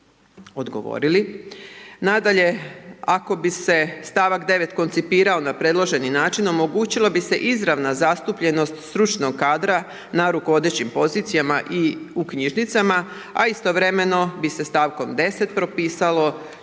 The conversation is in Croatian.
Nadalje, ako bi se stavak 9. koncipirao na predloženi način omogućilo bi se izravna zastupljenost stručnog kadra na rukovodećim pozicijama i u knjižnicama a istovremeno bi se stavkom 10. propisalo